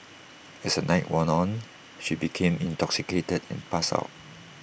as the night wore on should became intoxicated passed out